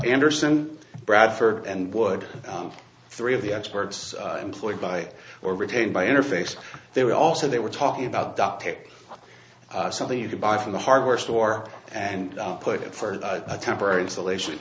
anderson bradford and wood three of the experts employed by or retained by interface there were also they were talking about duct tape something you could buy from the hardware store and put it for a temporary installation